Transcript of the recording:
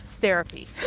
therapy